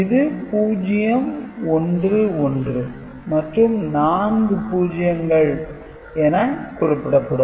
இது 011 மற்றும் நான்கு பூஜ்ஜியங்கள் என குறிப்பிடப்படும்